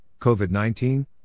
COVID-19